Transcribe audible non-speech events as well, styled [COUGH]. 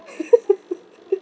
[LAUGHS]